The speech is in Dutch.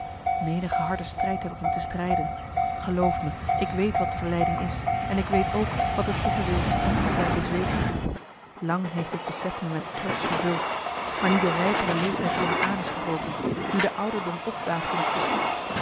menige harde strijd heb ik moeten strijden geloof me ik weet wat verleiding is en ik weet ook wat het zeggen wil niet te zijn bezweken lang heeft dit besef me met trots vervuld maar nu de rijpere leeftijd voor me aan is marcellus emants een nagelaten bekentenis gebroken nu de ouderdom opdaagt in het verschiet